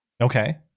okay